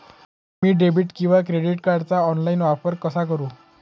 मी debit किंवा credit कार्डचा online वापर कसा करु?